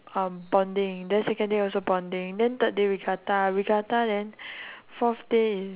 um bonding then second day also bonding then third day regatta regatta then fourth day is